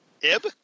ib